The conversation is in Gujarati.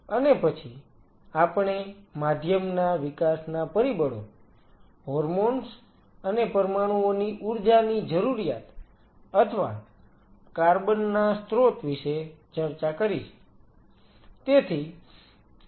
અને પછી આપણે માધ્યમના વિકાસના પરિબળો હોર્મોન્સ અને પરમાણુઓની ઊર્જાની જરૂરિયાત અથવા કાર્બન ના સ્ત્રોત વિશે ચર્ચા કરી છે